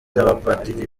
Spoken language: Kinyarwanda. n’abapadiri